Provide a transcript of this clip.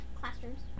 Classrooms